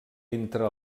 entra